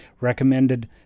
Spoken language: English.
recommended